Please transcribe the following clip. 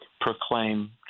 proclaim